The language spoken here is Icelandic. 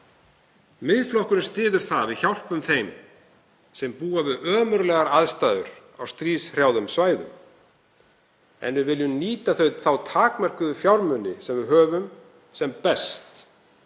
Miðflokkurinn styður það að við hjálpum þeim sem búa við ömurlegar aðstæður á stríðshrjáðum svæðum en við viljum nýta þá takmörkuðu fjármuni sem við höfum sem best.